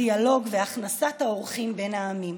הדיאלוג והכנסת האורחים בין העמים.